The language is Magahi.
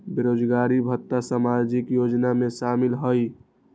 बेरोजगारी भत्ता सामाजिक योजना में शामिल ह ई?